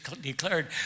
declared